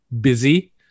busy